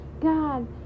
God